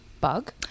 bug